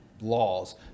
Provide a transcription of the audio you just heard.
laws